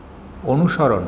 অনুসরণ